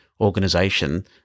organization